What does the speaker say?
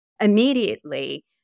immediately